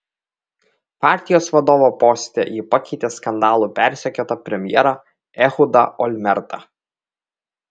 partijos vadovo poste ji pakeitė skandalų persekiotą premjerą ehudą olmertą